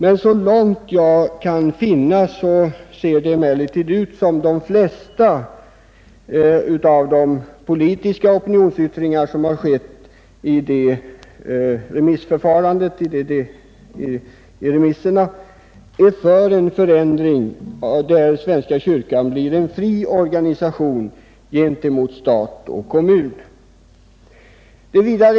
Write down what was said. Så långt jag kan finna, ser det emellertid ut som om de flesta av de politiska opinionsyttringarna i remissuttalandena är för en sådan förändring att svenska kyrkan blir en fri organisation gentemot stat och kommun.